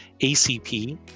ACP